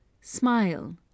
Smile